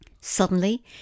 Suddenly